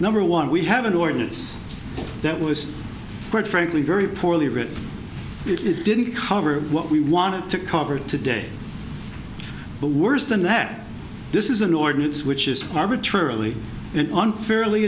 number one we have an ordinance that was quite frankly very poorly written it didn't cover what we wanted to cover today but worse than that this is an ordinance which is arbitrarily and unfairly